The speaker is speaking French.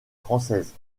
française